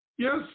Yes